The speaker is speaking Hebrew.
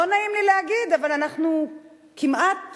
לא נעים לי להגיד, אבל אנחנו, כמעט